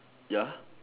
ya